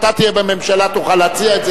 אם אתה תהיה בממשלה תוכל להציע את זה.